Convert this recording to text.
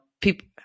people